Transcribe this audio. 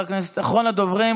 אחרון הדוברים,